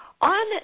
On